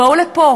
בואו לפה.